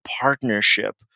partnership